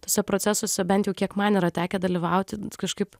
tuose procesuose bent jau kiek man yra tekę dalyvauti kažkaip